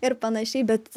ir panašiai bet